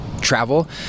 travel